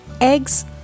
eggs